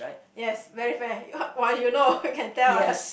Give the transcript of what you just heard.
yes very fair you know you can tell ah